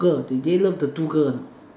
girl do they love the two girl or not